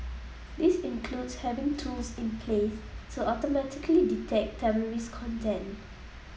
this includes having tools in place to automatically detect terrorist content